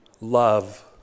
Love